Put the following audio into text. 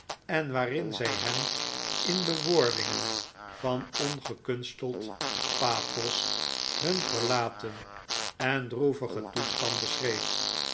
en waarin zij hem in bewoordingen van ongekunsteld pathos hun verlaten en droevigen toestand beschreef